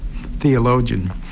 theologian